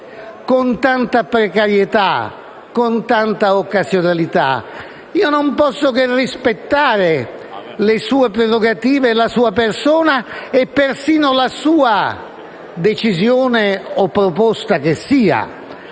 con tanta precarietà, con tanta occasionalità? Non posso che rispettare le sue prerogative, la sua persona e persino la sua decisione o proposta che sia;